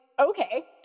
okay